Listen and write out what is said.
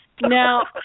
Now